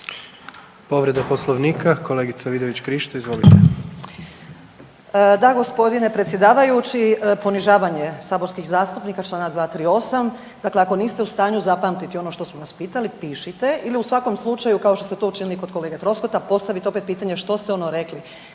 Povreda Poslovnika, kolegica Vidović Krišto, izvolite. **Vidović Krišto, Karolina (Nezavisni)** Da, g. predsjedavajući, ponižavanje saborskih zastupnika, čl. 238, dakle ako niste u stanju zapamtiti ono što su vas pitali, pišite ili u svakom slučaju, kao što ste to učinili kod kolege Troskota, postavite opet pitanje što ste ono rekli.